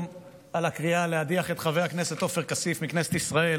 על הקריאה להדיח את חבר הכנסת עופר כסיף מכנסת ישראל,